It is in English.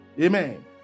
Amen